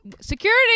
Security